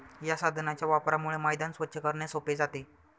या साधनाच्या वापरामुळे मैदान स्वच्छ करणे सोपे जाते